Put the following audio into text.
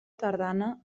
tardana